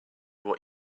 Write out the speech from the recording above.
what